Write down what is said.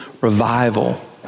revival